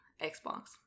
xbox